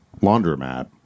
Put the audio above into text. laundromat